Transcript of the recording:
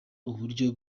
uburyo